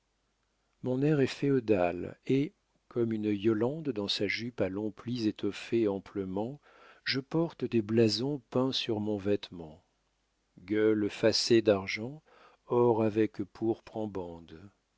mon air est féodal et comme une yolande dans sa jupe à longs plis étoffée amplement je porte des blasons peints sur mon vêtement gueules fascé d'argent or avec